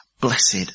blessed